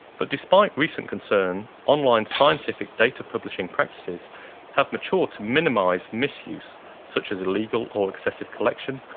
but despite recent concern, online scientific data publishing practices have matured to minimise misuses such as illegal or excessive collection,